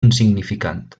insignificant